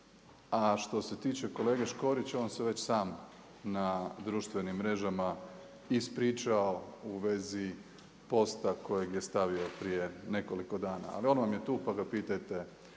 A što se tiče kolege Škorića on se već sam na društvenim mrežama ispričao u vezi posta kojeg je stavio prije nekoliko dana. Ali on vam je tu, pa ga pitajte